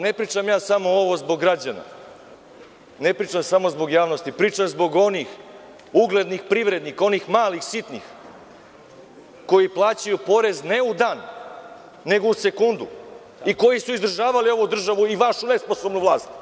Ne pričam ja samo ovo zbog građana, ne pričam samo zbog javnosti, pričam zbog onih uglednih privrednika, onih malih sitnih, koji plaćaju porez ne u dan, nego u sekundu i koji su izdržavali ovu državu i vašu nesposobnu vlast.